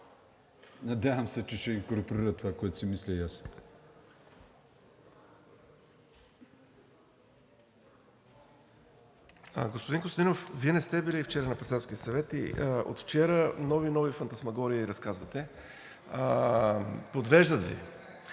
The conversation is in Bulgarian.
Надявам се, че ще инкорпорира това, което си мисля и аз.